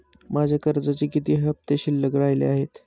माझ्या कर्जाचे किती हफ्ते शिल्लक राहिले आहेत?